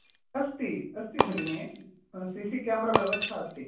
अस्ति अस्ति भगिनी सि सि केमेरा व्यवस्था अस्ति